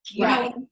Right